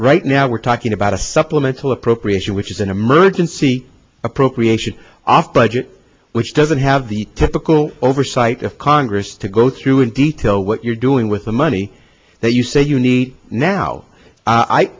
right now we're talking about a supplemental appropriation which is an emergency appropriation off budget which doesn't have the typical oversight of congress to go through in detail what you're doing with the money that you say you need now i